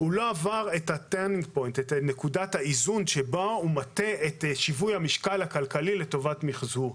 לא עבר את נקודת האיזון שבה הוא מטה את שווי המשקל הכלכלי לטובת מחזור.